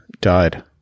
died